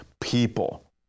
people